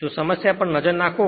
જો સમસ્યા તરફ નજર નાખો